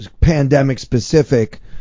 pandemic-specific